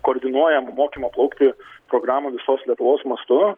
koordinuojam mokymo plaukti programą visos lietuvos mastu